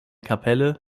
kapelle